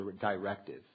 directive